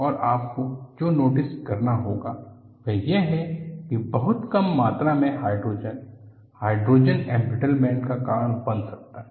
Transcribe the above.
और आपको जो नोटिस करना होगा वह यह है कि बहुत कम मात्रा में हाइड्रोजन हाइड्रोजन एंब्रिटलमेंट का कारण बन सकता है